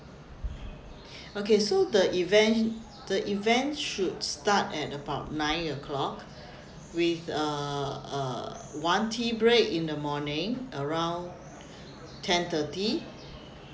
okay so the event the event should start at about nine o'clock with a a one tea break in the morning around ten thirty